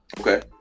Okay